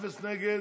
אפס נגד.